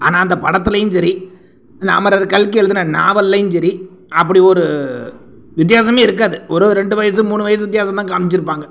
ஆனால் அந்த படத்துலையும் சரி இந்த அமரர் கல்கி எழுதின நாவல்லையும் சரி அப்படி ஒரு வித்தியாசமே இருக்காது ஒரு ரெண்டு வயசு மூணு வயசு வித்தியாசம் தான் காமிச்சுருப்பாங்க